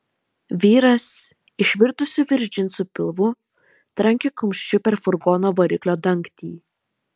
vyras išvirtusiu virš džinsų pilvu trankė kumščiu per furgono variklio dangtį